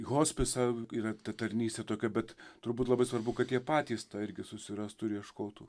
hospisą yra tarnystė tokia bet turbūt labai svarbu kad jie patys tą irgi susirastų ir ieškotų